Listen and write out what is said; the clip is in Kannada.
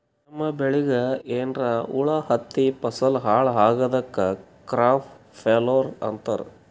ನಮ್ಮ್ ಬೆಳಿಗ್ ಏನ್ರಾ ಹುಳಾ ಹತ್ತಿ ಫಸಲ್ ಹಾಳ್ ಆಗಾದಕ್ ಕ್ರಾಪ್ ಫೇಲ್ಯೂರ್ ಅಂತಾರ್